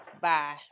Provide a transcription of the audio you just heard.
Bye